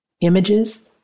images